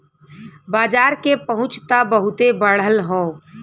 बाजार के पहुंच त बहुते बढ़ल हौ